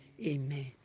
Amen